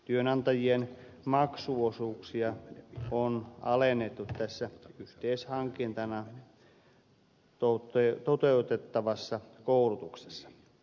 työnantajien maksuosuuksia on alennettu tässä yhteishankintana toteutettavassa koulutuksessa